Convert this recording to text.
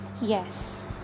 yes